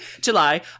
July